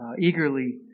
eagerly